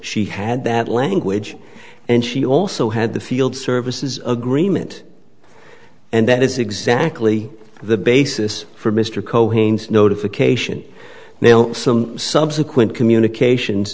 she had that language and she also had the field services agreement and that is exactly the basis for mr coe haynes notification now some subsequent communications